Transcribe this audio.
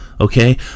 okay